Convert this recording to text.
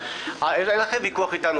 אין לכם ויכוח אתנו.